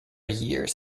years